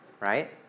Right